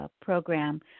Program